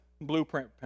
blueprint